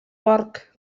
porc